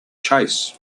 chase